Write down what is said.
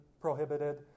prohibited